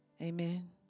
Amen